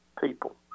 people